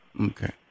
Okay